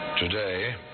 Today